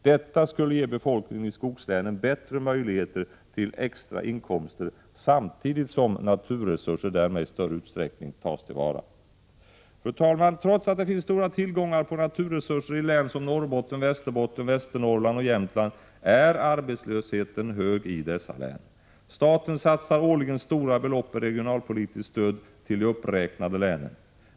Detta skulle ge befolkningen i skogslänen bättre möjligheter till extra inkomster samtidigt som naturresurser därmed i större utsträckning tas till vara. Fru talman! Trots att det finns stora naturresurser i län som Norrbotten, Västerbotten, Västernorrland och Jämtland är arbetslösheten hög i dessa län. Staten satsar årligen stora belopp i regionalpolitiskt stöd till de här uppräknade länen.